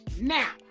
Now